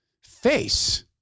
face